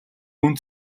үнэ